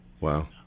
Wow